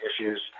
issues